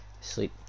sleep